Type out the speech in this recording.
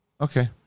Okay